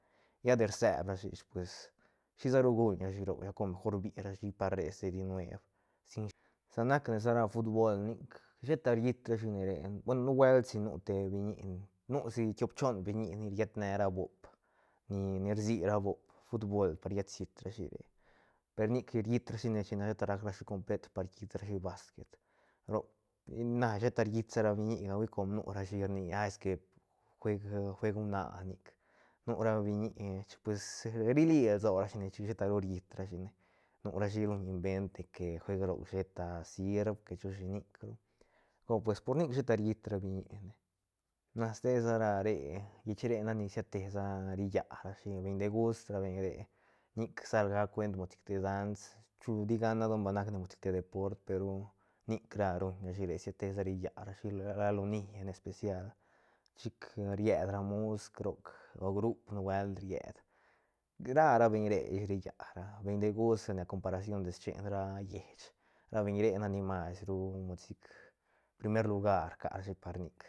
Lla de rseb rashi ish pues shisa ru guñrashi roc lla gol cor mejor rbirashi par re stedi nuev sin sa nacne sa ra futbol nic sheta riit rashi ne re bueno nu bueltsi nu te biñi nusi tiop choon biñi ni riet ne ra boob ni rsira boob fultbol ni riet siit rashi re per nic riit rashine chine sheta rac rashi complet par quiit rashi basquet roc na sheta riit sa ra biñiga hui com nurashi rni a esque jueg- jueg huana nic nura biñi chic chic pues rili lsorashine chic sheta ru riit rashine nurashi ruñ invent de que juego roc sheta sirb que chu shinic ru cor pues por nic sheta riit ra biñi ne na ste sa ra re lleich re nac ni siatesa rilla rashi beñ de gust ra beñ re nic sal gac cuent sic mod te dans chu tigana don ba nacne sic mod de deport pe ru nic ra ruñrashi re siate sa rillarashi ra loni en especial chic ried ra musc o grup nubuelt ried ra ra beñ re ish rillara beñ de gust ne a comparación de schen ra lleich ra beñ re nac ni mas ru mod sic primer lugar rcarashi par nic.